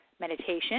Meditation